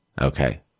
Okay